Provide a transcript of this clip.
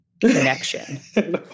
connection